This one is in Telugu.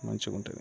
మంచిగా ఉంటుంది